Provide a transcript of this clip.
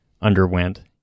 underwent